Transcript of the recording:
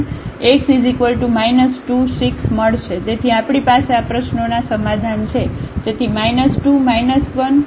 મળશે તેથી આપણી પાસે આ પ્રશ્નોનો સમાધાન છે